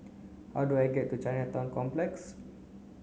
how do I get to Chinatown Complex